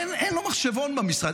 אין לו מחשבון במשרד.